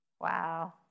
Wow